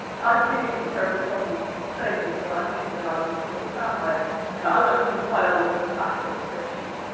i did get into terrible trouble saying this but i think that i would still stand by it and i went through quite a lot of battle descriptions